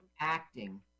acting